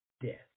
death